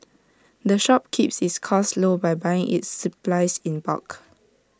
the shop keeps its costs low by buying its supplies in bulk